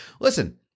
listen